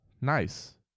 nice